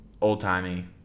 old-timey